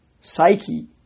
psyche